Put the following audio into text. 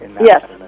Yes